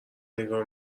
نگاه